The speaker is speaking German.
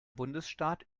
bundesstaat